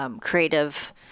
creative